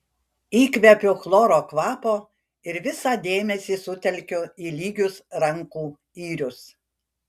įkvepiu chloro kvapo ir visą dėmesį sutelkiu į lygius rankų yrius